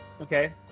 Okay